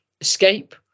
escape